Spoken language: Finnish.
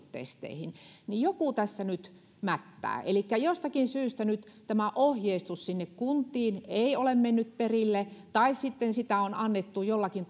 testeihin niin joku tässä nyt mättää elikkä jostakin syystä nyt tämä ohjeistus sinne kuntiin ei ole mennyt perille tai sitten sitä on annettu jollakin